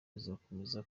izakomeza